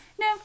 no